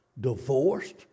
divorced